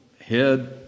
head